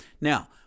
now